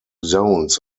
zones